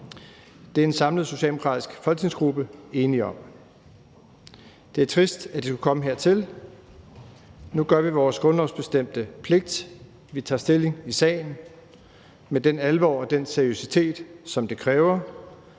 Det er en samlet socialdemokratisk folketingsgruppe enige om. Det er trist, at det skulle komme hertil. Nu gør vi vores grundlovsbestemte pligt. Vi tager stilling i sagen med den alvor og den seriøsitet, som det kræver,